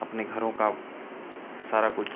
अपने घरों का सारा कुछ